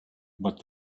but